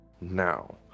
now